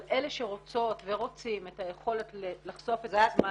אבל אלה שרוצות ורוצים את היכולת לחשוף את עצמם,